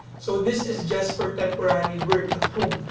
so this is just for temporary work at home.